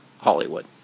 Hollywood